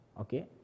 Okay